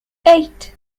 eight